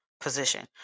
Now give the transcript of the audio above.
position